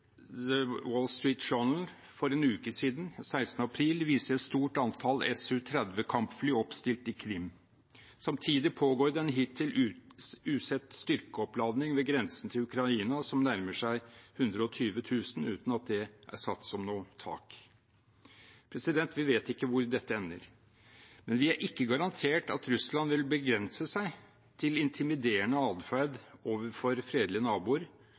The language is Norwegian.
Street Journal for en uke siden, 16. april, viser et stort antall Su-30 kampfly oppstilt i Krim. Samtidig pågår det en hittil usett styrkeoppladning ved grensen til Ukraina som nærmer seg 120 000, uten at det er satt som noe tak. Vi vet ikke hvor dette ender, men vi er ikke garantert at Russland vil begrense seg til intimiderende adferd overfor fredelige naboer